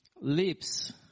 lips